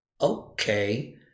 Okay